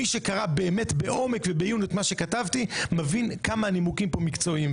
מי שקרא באמת בעומק ובעיון את מה שכתבתי מבין כמה הנימוקים פה מקצועיים.